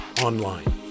online